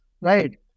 right